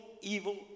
evil